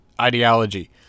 ideology